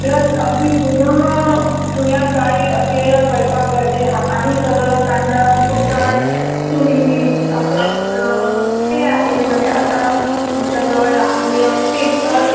plus अगदी जुनं जुन्या काळी असलेलं स्वयंपाकघर जे हातानी सगळं कांडण कुटण चुली असं सगळं ते आहे म्हणजे आता तुमच्याजवळ लहान मुलं असतील तर